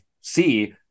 see